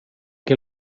que